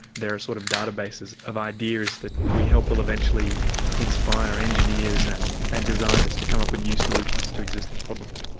there are sort of databases of ideas that we hope will eventually inspire engineers and and designers to come up with new solutions to existing problems.